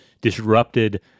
disrupted